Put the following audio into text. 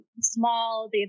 small